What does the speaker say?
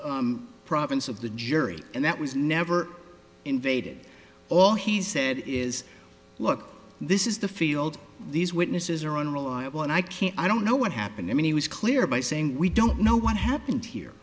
the province of the jury and that was never invaded all he said is look this is the field these witnesses are unreliable and i can't i don't know what happened i mean he was cleared by saying we don't know what happened here